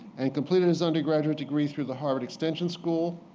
and completed his undergraduate degree through the harvard extension school,